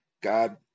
God